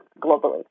globally